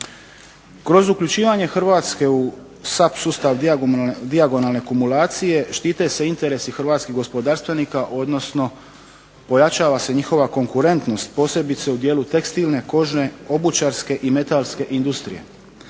Kroz uključivanje Hrvatske u SAP sustav dijagonalne kumulacije štite se interesi hrvatskih gospodarstvenika, odnosno pojačava se njihova konkurentnost posebice u dijelu tekstilne, kožne, obučarske i metalske industrije.